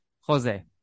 Jose